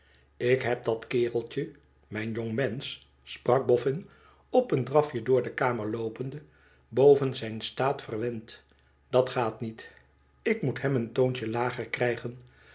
ik heb dat kereltje mijn jongmensch sprak boffin op een draf je door de kamer loopende boven zijn staat verwend dat gaat niet ik moet hem een toontje lager krijgen